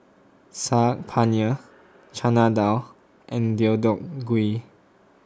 Saag Paneer Chana Dal and Deodeok Gui